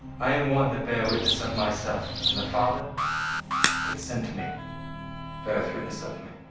i am one that bear witness of myself, and the father that sent me beareth witness of me.